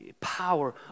power